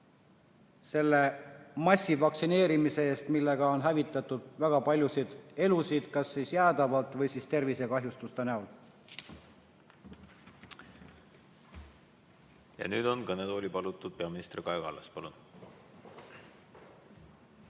selle massvaktsineerimise eest, millega on hävitatud väga paljusid elusid kas jäädavalt või tervisekahjustuste näol. Nüüd on kõnetooli palutud peaminister Kaja Kallas. Palun!